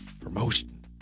promotion